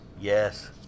Yes